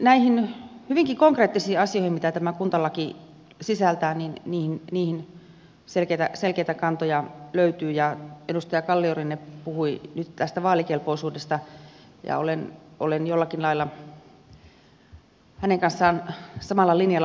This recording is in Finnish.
näihin hyvinkin konkreettisiin asioihin mitä tämä kuntalaki sisältää löytyy selkeitä kantoja ja edustaja kalliorinne puhui nyt tästä vaalikelpoisuudesta ja olen jollakin lailla hänen kanssaan samalla linjalla